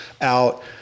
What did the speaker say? out